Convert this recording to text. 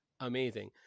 amazing